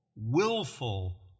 willful